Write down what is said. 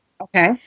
okay